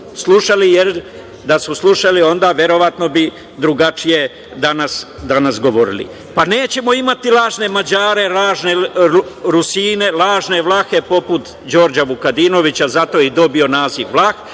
da su slušali onda verovatno bi drugačije danas govorili. Pa, nećemo imati lažne Mađare, lažne Rusine, lažne Vlahe, poput Đorđa Vukadinovića, zato je i dobio naziv Vlah,